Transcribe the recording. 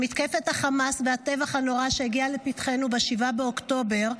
במתקפת החמאס והטבח הנורא שהגיע לפתחנו ב-7 באוקטובר,